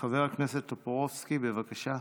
חבר הכנסת טופורובסקי, בבקשה.